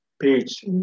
Page